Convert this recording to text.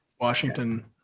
Washington